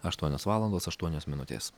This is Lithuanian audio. aštuonios valandos aštuonios minutės